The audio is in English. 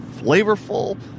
flavorful